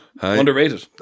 Underrated